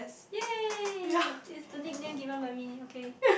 ya it's the nickname given by me okay